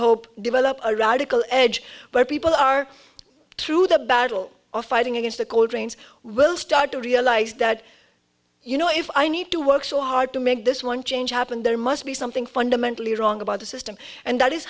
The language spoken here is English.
hope develop a radical edge where people are through the battle of fighting against the cold rains will start to read ilyse that you know if i need to work so hard to make this one change happen there must be something fundamentally wrong about the system and that is